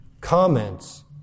comments